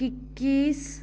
किक्कीस्